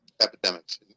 epidemics